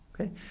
okay